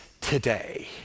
today